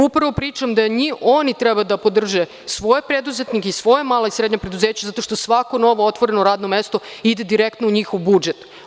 Upravo pričam da oni treba da podrže svoje preduzetnike i svoja mala i srednja preduzeća, zato što svako novootvoreno radno mesto ide direktno u njihov budžet.